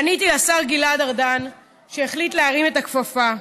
פניתי לשר גלעד ארדן, והוא החליט להרים את הכפפה.